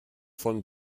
von